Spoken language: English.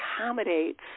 accommodates